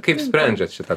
kaip sprendžiat šitą